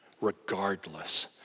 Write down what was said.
regardless